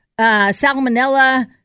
salmonella